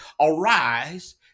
arise